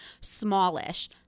smallish